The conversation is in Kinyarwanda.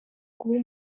guha